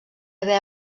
haver